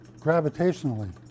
gravitationally